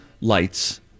lights